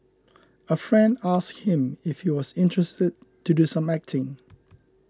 a friend asked him if he was interested to do some acting